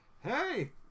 Hey